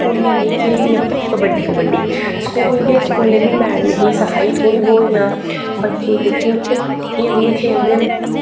कुड़ियां नेईं खेल दियां कबड्डी कबड्डी स्कूल गै स्कूले बी मैडमें ही सखाई थोह्ड़ी बोह्त जां बकियें दिक्खी उत्थै कि'यां कि'यां खेलदे न